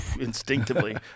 instinctively